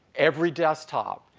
every desktop,